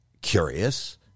curious